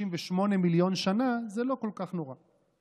ל-38 מיליון שנה זה לא כל כך נורא.